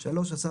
(3) השר,